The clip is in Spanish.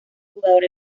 jugadores